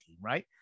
right